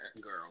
Girl